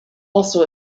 also